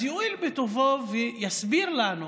אז יואיל בטובו ויסביר לנו,